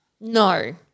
No